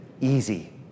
easy